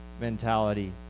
mentality